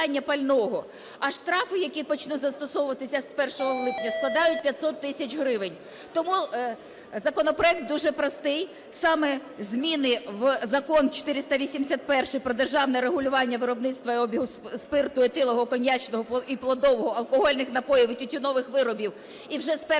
А штрафи, які почнуть застосовуватися з 1 липня, складають 500 тисяч гривень. Тому законопроект дуже простий: саме зміни в Закон 481 "Про державне регулювання виробництва і обігу спирту етилового, коньячного і плодового, алкогольних напоїв і тютюнових виробів" (і вже з 01.07